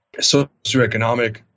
socioeconomic